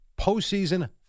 postseason